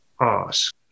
ask